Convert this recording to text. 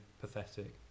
pathetic